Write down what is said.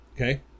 Okay